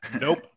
Nope